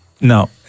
No